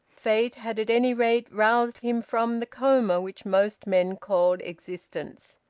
fate had at any rate roused him from the coma which most men called existence.